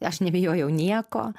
aš nebijojau nieko